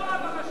לא הרב הראשי.